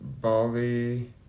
Bali